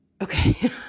Okay